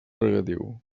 regadiu